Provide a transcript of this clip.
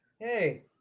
Hey